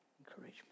encouragement